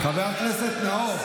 חבר הכנסת נאור,